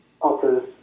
Offers